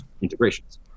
integrations